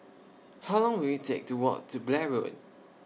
How Long Will IT Take to Walk to Blair Road